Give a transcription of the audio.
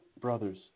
brothers